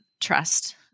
trust